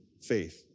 faith